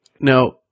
Now